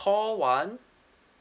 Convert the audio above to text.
call one